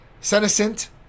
senescent